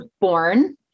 born